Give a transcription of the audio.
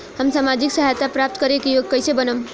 हम सामाजिक सहायता प्राप्त करे के योग्य कइसे बनब?